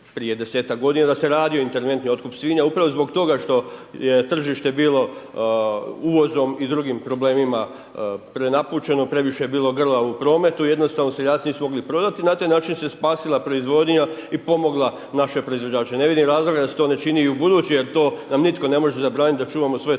prije 10-tak godina da se radio interventni otkup svinja upravo zbog toga što je tržište bilo uvozom i drugim problemima prenapučeno, previše je bilo grla u prometu, jednostavno seljaci nisu mogli prodati i na taj način se spasila proizvodnja i pomogla naše proizvođače. Ne vidim razloga da se to ne čini i u buduće jer to nam nitko ne može zabranit da čuvamo svoje tržište,